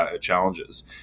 challenges